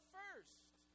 first